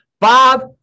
Bob